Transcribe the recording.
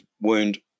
wound